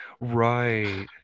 Right